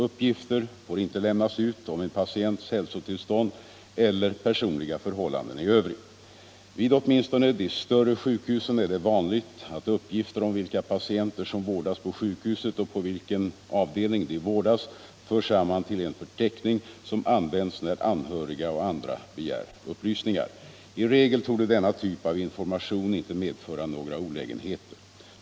Uppgifter får inte lämnas ut om en patients hälsotillstånd eller personliga förhållanden i övrigt. Vid åtminstone de större sjukhusen är det vanligt att uppgifter om vilka patienter som vårdas på sjukhuset och på vilken avdelning de vårdas förs samman till en förteckning, som används när anhöriga och andra begär upplysningar. I regel torde denna typ av information inte medföra några olägenheter.